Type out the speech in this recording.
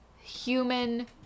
human